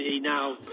now